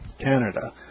Canada